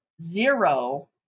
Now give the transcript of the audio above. zero